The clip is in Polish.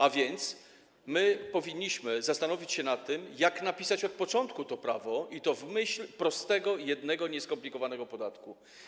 A więc powinniśmy zastanowić się nad tym, jak napisać od początku to prawo, i to w myśl prostego, jednego i nieskomplikowanego podatku.